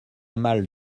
mâle